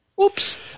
Oops